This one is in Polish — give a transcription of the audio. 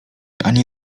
ani